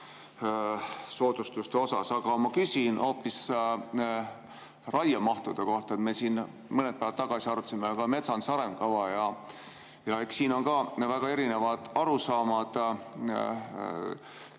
soodustuste osas. Aga ma küsin hoopis raiemahtude kohta. Me siin mõned päevad tagasi arutasime ka metsanduse arengukava ja eks siin on ka väga erinevad arusaamad.